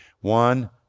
One